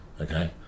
Okay